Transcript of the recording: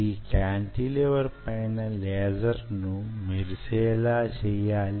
ఈ క్యాంటిలివర్ పైన లేజర్ ను మెరిసేలా చేయండి